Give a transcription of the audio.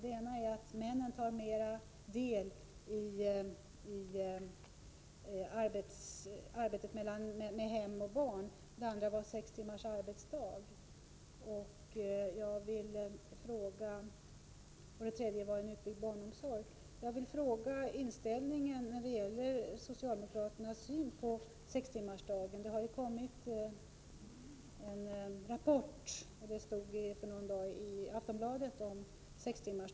Den ena är att männen mera tar del i arbetet med hem och barn, den andra är sex timmars arbetsdag, den tredje är utbyggd barnomsorg. Jag vill fråga efter socialdemokraternas syn på sextimmarsdagen. Det har ju kommit en rapport i den frågan — det stod i Aftonbladet häromdagen.